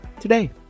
today